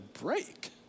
break